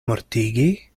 mortigi